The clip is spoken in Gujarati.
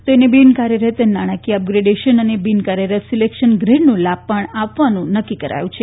તેઓને બિનકાર્થરત નાણાંકીય અપગ્રેડેશન અને બિન કાર્યરત સિલેક્શન ગ્રેડનો લાભ પણ આપવાનું નક્કી કરાયું છે